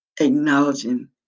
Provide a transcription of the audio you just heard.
Acknowledging